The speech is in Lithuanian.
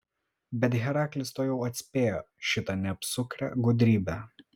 bet heraklis tuojau atspėjo šitą neapsukrią gudrybę